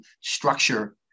structure